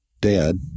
dad